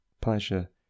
pleasure